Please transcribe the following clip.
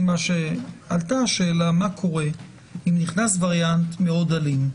עלתה השאלה מה קורה אם יש בקהילה וריאנט מאוד אלים.